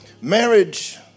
Marriage